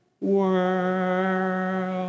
world